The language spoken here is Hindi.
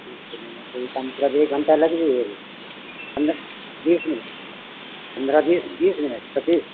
ठीक है मने कम से कम एक घंटा लग जाएगा पंद्रह बीस मिनट पंद्रह बीस मिनट पच्चीस